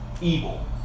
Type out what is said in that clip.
evil